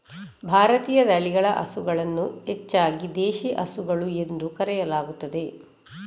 ಭಾರತೀಯ ತಳಿಗಳ ಹಸುಗಳನ್ನು ಹೆಚ್ಚಾಗಿ ದೇಶಿ ಹಸುಗಳು ಎಂದು ಕರೆಯಲಾಗುತ್ತದೆ